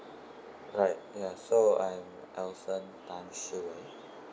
right ya so I'm elson tan shi wei